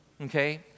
Okay